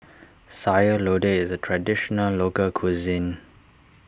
Sayur Lodeh is a Traditional Local Cuisine